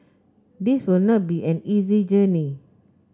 this will not be an easy journey